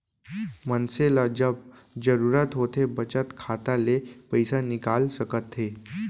मनसे ल जब जरूरत होथे बचत खाता ले पइसा निकाल सकत हे